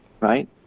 right